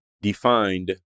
Defined